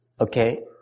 okay